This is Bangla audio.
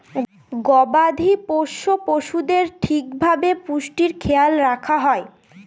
গবাদি পোষ্য পশুদের ঠিক ভাবে পুষ্টির খেয়াল রাখা হয়